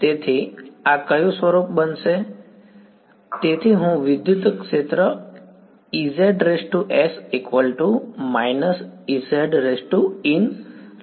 તેથી આ કયું સ્વરૂપ બનશે તેથી હું વિદ્યુત ક્ષેત્ર Ezs − Ezin લખી શકું